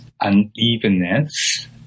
unevenness